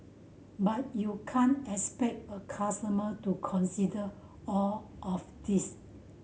but you can't expect a customer to consider all of this